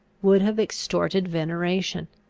would have extorted veneration.